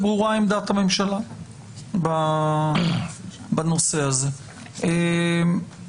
עמדת הממשלה בנושא הזה ברורה.